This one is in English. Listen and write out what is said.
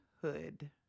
hood